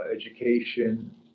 education